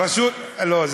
לא.